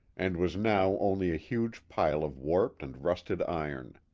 and was now only a huge pile of warped and rusted iron.